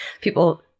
people